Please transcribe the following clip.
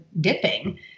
dipping